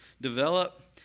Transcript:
develop